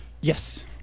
Yes